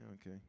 Okay